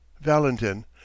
valentin